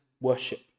worship